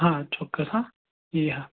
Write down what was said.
હા ચોક્કસ હ ા એ હા